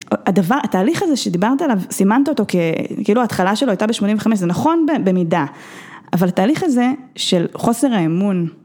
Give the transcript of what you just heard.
הדבר, התהליך הזה שדיברת עליו, סימנת אותו כ... כאילו ההתחלה שלו הייתה ב-85'. זה נכון במידה, אבל התהליך הזה של חוסר האמון.